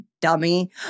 dummy